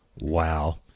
Wow